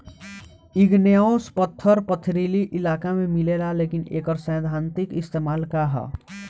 Igneous पत्थर पथरीली इलाका में मिलेला लेकिन एकर सैद्धांतिक इस्तेमाल का ह?